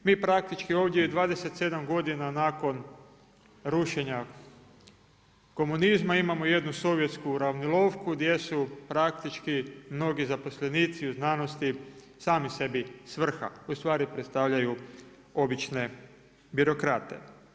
Mi praktički ovdje 27 godina nakon rušenja komunizma, imamo jednu sovjetsku uravnilovku gdje su praktički mnogi zaposlenici u znanosti sami sebi svrha ustvari predstavljaju obične birokrate.